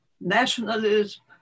nationalism